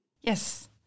Yes